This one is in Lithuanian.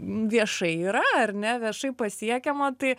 viešai yra ar ne viešai pasiekiama tai